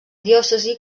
diòcesi